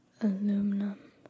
aluminum